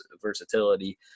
versatility